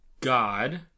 God